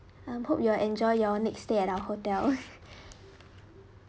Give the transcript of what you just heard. um hope you will enjoy your next day at our hotel